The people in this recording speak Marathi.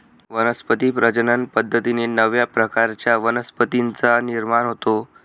वनस्पती प्रजनन पद्धतीने नव्या प्रकारच्या वनस्पतींचा निर्माण होतो